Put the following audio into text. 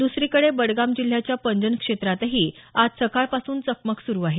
दुसरीकडे बडगाम जिल्ह्याच्या पंजन क्षेत्रातही आज सकाळपासून चकमक सुरु आहे